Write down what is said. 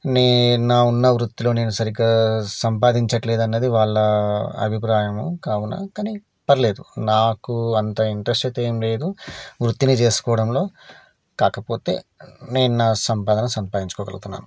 నే నా ఉన్న వృత్తిలో నేను సరిగ్గా సంపాదించట్లేదు అన్నది వాళ్ళ అభిప్రాయము కావున కానీ పర్లేదు నాకు అంత ఇంట్రెస్ట్ అయితే ఏం లేదు వృత్తినే చేసుకోవడంలో కాకపోతే నేను నా సంపాదన సంపాదించుకోగలుగుతున్నాను